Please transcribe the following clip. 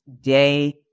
day